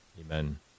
Amen